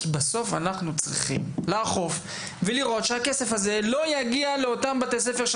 בסוף אנחנו צריכים לאכוף ולוודא שהכסף הזה לא יגיע לבתי הספר של